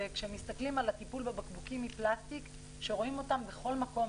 וכשמסתכלים על הטיפול בבקבוקים מפלסטיק שרואים אותם בכל מקום,